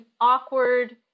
awkward